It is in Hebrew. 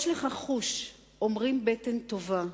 יש לך חוש, אומרים, בטן טובה,